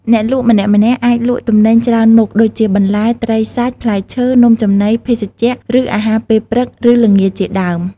អ្នកលក់ម្នាក់ៗអាចលក់ទំនិញច្រើនមុខ ដូចជាបន្លែ ត្រីសាច់ ផ្លែឈើ នំចំណី ភេសជ្ជៈ ឬអាហារពេលព្រឹក ឬល្ងាចជាដើម។